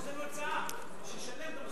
יש לנו הצעה, שישלם את המשכורת שלו.